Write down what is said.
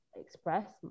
express